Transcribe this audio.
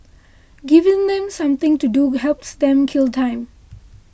giving them something to do helps them kill time